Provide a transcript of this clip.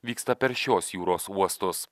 vyksta per šios jūros uostus